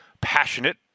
passionate